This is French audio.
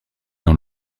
dans